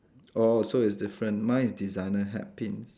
oh so it's different mine is designer hat pins